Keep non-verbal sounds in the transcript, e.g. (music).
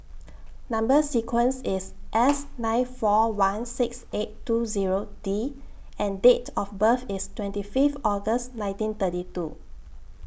Number sequence IS S (noise) nine four one six eight two Zero D and Date of birth IS twenty Fifth August nineteen thirty two